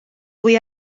hwy